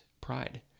pride